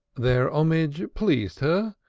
their homage pleased her,